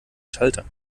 schalter